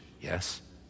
Yes